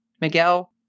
Miguel